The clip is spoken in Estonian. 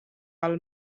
all